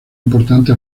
importante